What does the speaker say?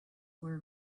were